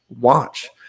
watch